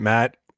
Matt